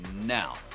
now